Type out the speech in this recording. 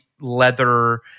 leather